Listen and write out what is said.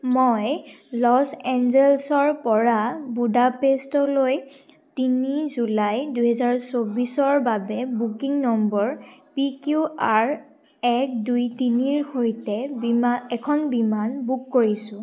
মই লছ এঞ্জেলেছৰপৰা বুদাপেষ্টলৈ তিনি জুলাই দুহেজাৰ চৌবিছৰ বাবে booking number P Q R এক দুই তিনিৰ সৈতে এখন বিমান বুক কৰিছোঁ